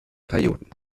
perioden